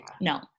No